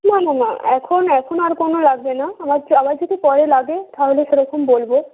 না না না এখন এখন আর কোনো লাগবে না আমার আবার যদি পরে লাগে তাহলে সেরকম বলবো